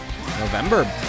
November